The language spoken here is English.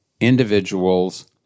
individuals